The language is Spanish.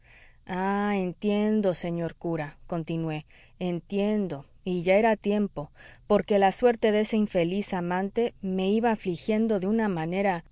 ah entiendo señor cura continué entiendo y ya era tiempo porque la suerte de ese infeliz amante me iba afligiendo de una manera